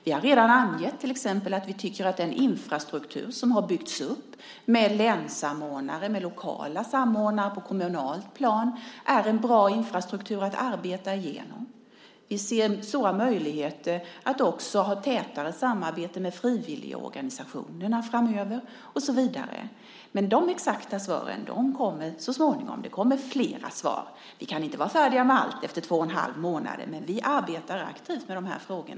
Vi har till exempel redan angett att vi tycker att den infrastruktur som har byggts upp med länssamordnare och med lokala samordnare på ett kommunalt plan innebär ett bra sätt att arbeta. Vi ser stora möjligheter att också ha ett tätare samarbete med frivilligorganisationerna framöver och så vidare. Men de exakta svaren kommer så småningom. Det kommer flera svar. Vi kan inte vara färdiga med allt efter två och en halv månader, men vi arbetar aktivt med dessa frågor.